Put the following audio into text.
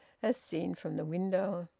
as seen from the window.